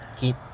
keep